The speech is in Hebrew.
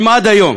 אם עד היום